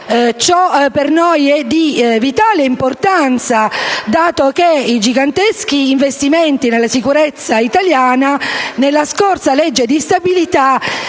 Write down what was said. Ciò per noi è di vitale importanza, dato che i "giganteschi investimenti nella sicurezza italiana", nella scorsa legge di stabilità